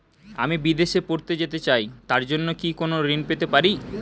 আমি বিদেশে পড়তে যেতে চাই তার জন্য কি কোন ঋণ পেতে পারি?